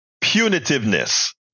punitiveness